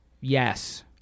yes